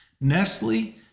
nestle